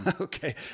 Okay